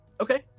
okay